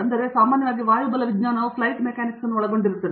ಆದರೆ ಸಾಮಾನ್ಯವಾಗಿ ವಾಯುಬಲವಿಜ್ಞಾನವು ಫ್ಲೈಟ್ ಮೆಕ್ಯಾನಿಕ್ಸ್ ಅನ್ನು ಒಳಗೊಂಡಿರುತ್ತದೆ